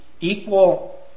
equal